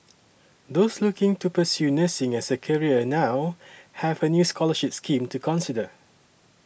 those looking to pursue nursing as a career now have a new scholarship scheme to consider